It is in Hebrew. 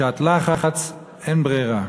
בשעת לחץ, אין ברירה.